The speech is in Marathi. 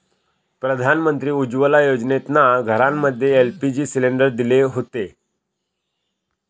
प्रधानमंत्री उज्ज्वला योजनेतना घरांमध्ये एल.पी.जी सिलेंडर दिले हुते